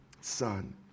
son